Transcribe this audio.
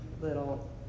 little